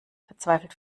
verzweifelt